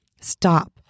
Stop